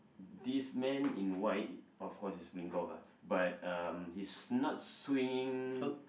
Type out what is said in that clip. this man in white of course he's playing golf lah but um he's not swinging